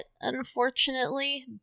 unfortunately